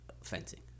fencing